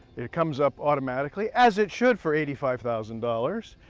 it it comes up automatically as it should for eighty five thousand dollars.